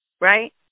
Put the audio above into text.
right